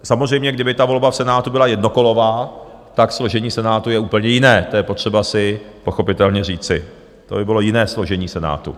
Samozřejmě, kdyby volba v Senátu byla jednokolová, složení Senátu je úplně jiné, to je potřeba si pochopitelně říci, to by bylo jiné složení Senátu.